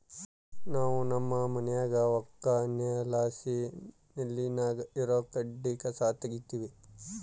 ನಾವು ನಮ್ಮ ಮನ್ಯಾಗ ಒಕ್ಕಣೆಲಾಸಿ ನೆಲ್ಲಿನಾಗ ಇರೋ ಕಸಕಡ್ಡಿನ ತಗೀತಿವಿ